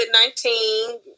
COVID-19